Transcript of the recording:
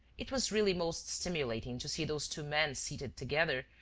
it was really most stimulating to see those two men seated together,